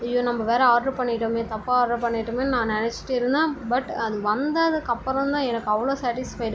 ஐயோ நம்ம வேறு ஆர்ட்ரு பண்ணிவிட்டோம்மே தப்பா ஆர்டர் பண்ணிவிட்டோமேன்னு நான் நினச்சிட்டே இருந்தேன் பட் அது வந்ததுக்கப்புறம் தான் எனக்கு அவ்வளோ ஸேடிஸ்ஃபைட்